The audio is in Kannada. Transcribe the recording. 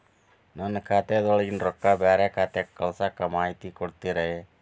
ನನ್ನ ಖಾತಾದಾಗಿನ ರೊಕ್ಕ ಬ್ಯಾರೆ ಖಾತಾಕ್ಕ ಕಳಿಸು ಮಾಹಿತಿ ಕೊಡತೇರಿ?